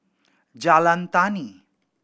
Jalan Tani